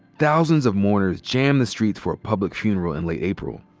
thousands of mourners jammed the streets for a public funeral in late april.